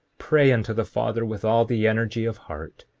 pray unto the father with all the energy of heart,